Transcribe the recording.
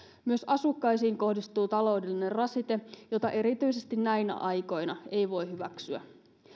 myös asukkaisiin kohdistuu taloudellinen rasite jota erityisesti näinä aikoina ei voi hyväksyä